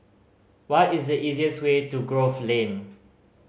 what is the easiest way to Grove Lane